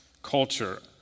culture